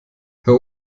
herr